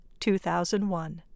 2001